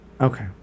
Okay